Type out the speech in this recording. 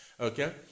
Okay